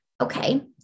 Okay